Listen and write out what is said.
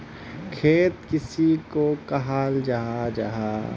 खेत किसोक कहाल जाहा जाहा?